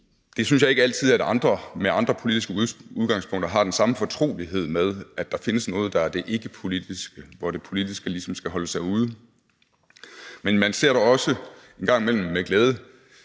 Det synes jeg ikke altid at andre med andre politiske udgangspunkter har den samme fortrolighed med, altså at der findes noget, der er det ikkepolitiske, og hvor det politiske ligesom skal holde sig ude. Men man ser det dog også en gang imellem med glæde.